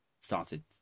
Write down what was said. started